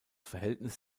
verhältnis